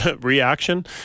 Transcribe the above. reaction